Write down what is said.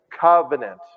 covenant